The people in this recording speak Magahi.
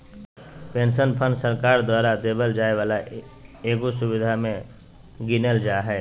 पेंशन फंड सरकार द्वारा देवल जाय वाला एगो सुविधा मे गीनल जा हय